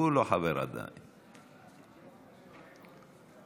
הוא עדיין לא